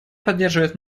поддерживает